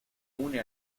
une